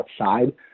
outside